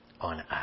on